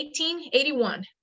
1881